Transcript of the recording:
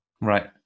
right